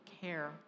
care